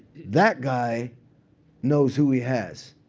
that guy knows who he has.